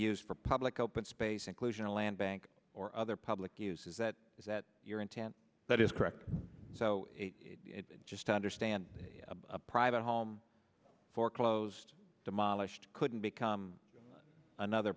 used for public open space inclusion of land bank or other public uses that is that your intent that is correct so just to understand a private home foreclosed demolished couldn't become another